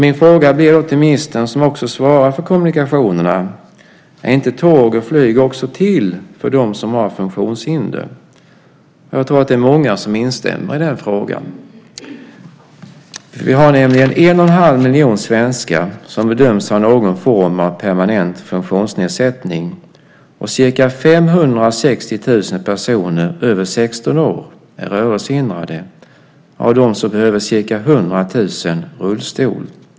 Min fråga blir då till ministern, som också svarar för kommunikationerna: Är inte tåg och flyg också till för dem som har funktionshinder? Jag tror att det är många som instämmer i den frågan. Vi har nämligen 1 1⁄2 miljon svenskar som bedöms ha någon form av permanent funktionsnedsättning, och ca 560 000 personer över 16 år är rörelsehindrade. Av dem behöver ca 100 000 rullstol.